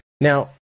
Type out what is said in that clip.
Now